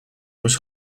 was